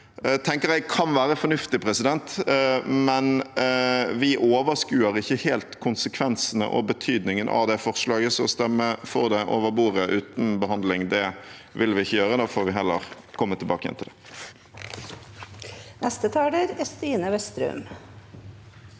dag, tenker jeg kan være fornuftig, men vi overskuer ikke helt konsekvensene og betydningen av det forslaget. Å stemme for det over bordet uten behandling vil vi ikke gjøre. Da får vi heller komme tilbake igjen til det.